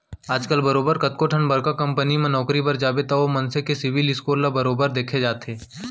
आजकल बरोबर कतको ठन बड़का कंपनी म नौकरी बर जाबे त ओ मनसे के सिविल स्कोर ल बरोबर देखे जाथे